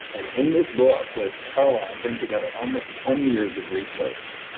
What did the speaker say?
and in this book, which, oh, i bring together almost twenty years of research,